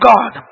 God